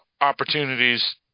opportunities